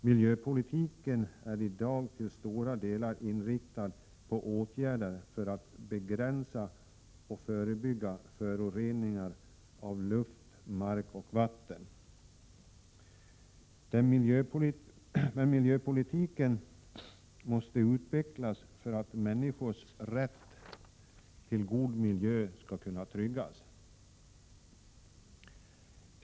Miljöpolitiken är i dag till stora delar inriktad på åtgärder för att begränsa och förebygga föroreningar av luft, mark och vatten. Men miljöpolitiken måste utvecklas för att människors rätt till en god miljö skall kunna tryggas.